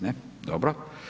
Ne, dobro.